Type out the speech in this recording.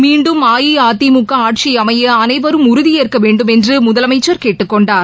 மீன்டும் அஇஅதிமுக ஆட்சி அமைய அளைவரும் உறுதியேற்க வேண்டுமென்று முதலமைச்சர் கேட்டுக் கொண்டார்